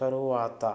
తరువాత